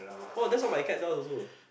oh that's what my cat does also